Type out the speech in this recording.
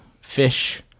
fish